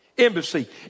embassy